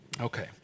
Okay